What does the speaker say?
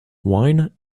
wine